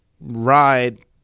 ride